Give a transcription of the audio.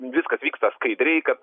viskas vyksta skaidriai kad